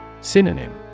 Synonym